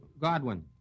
Godwin